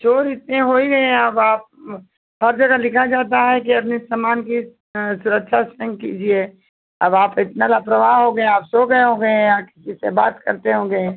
चोर इतने हो ही गए हैं अब आप हर जगह लिखा जाता है कि अपने समान की सुरक्षा स्वयं कीजिए अब आप इतना लापरवाह हो गएँ आप सो गए होंगे या किसी से बात करते होंगे